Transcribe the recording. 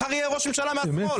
מחר יהיה ראש ממשלה מהשמאל.